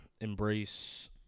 embrace